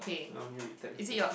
I only read textbooks